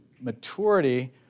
maturity